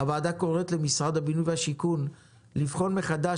הוועדה קוראת למשרד הבינוי והשיכון לבחון מחדש